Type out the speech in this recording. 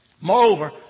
Moreover